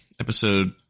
episode